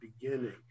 beginning